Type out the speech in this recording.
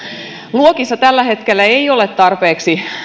luokissa ei tällä hetkellä ole tarpeeksi